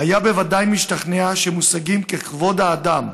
היה בוודאי משתכנע שמושגים ככבוד האדם,